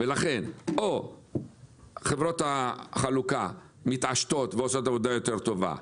לכן או שחברות החלוקה מתעשתות ועושות עבודה יותר טובה,